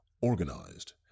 organized